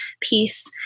peace